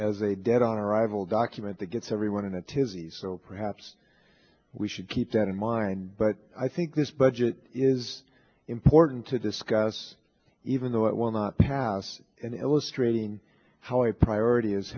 budget as a dead on arrival document that gets everyone in a tizzy so perhaps we should keep that in mind but i think this budget is important to discuss even though it will not pass in illustrating how a priority is